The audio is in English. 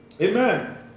Amen